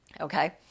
Okay